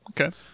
Okay